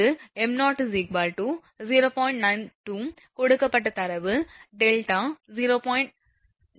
92 கொடுக்கப்பட்ட தரவு δ 0